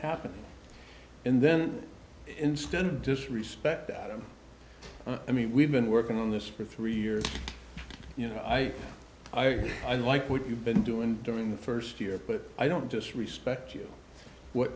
happening and then instead of disrespect that i mean we've been working on this for three years you know i i i like what you've been doing during the first year but i don't just respect you what